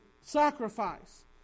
sacrifice